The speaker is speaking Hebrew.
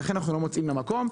ולכן אנחנו לא מוצאים מקום.